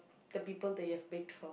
the people that you have baked for